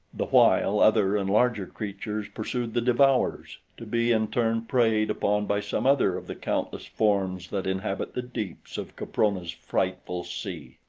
the while other and larger creatures pursued the devourers, to be, in turn, preyed upon by some other of the countless forms that inhabit the deeps of caprona's frightful sea.